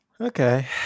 Okay